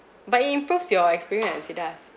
but it improves your experience it does